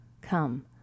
come